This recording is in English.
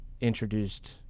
introduced